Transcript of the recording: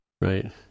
Right